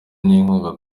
n’inkunga